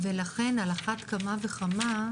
ולכן על אחת כמה וכמה,